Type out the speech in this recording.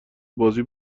بازی